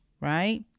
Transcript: right